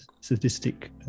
sadistic